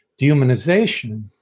Dehumanization